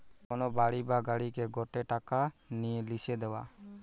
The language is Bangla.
কোন বাড়ি বা গাড়িকে গটে টাকা নিয়ে লিসে দেওয়া